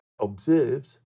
observes